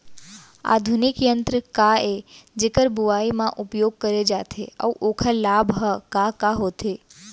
आधुनिक यंत्र का ए जेकर बुवाई म उपयोग करे जाथे अऊ ओखर लाभ ह का का होथे?